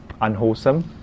unwholesome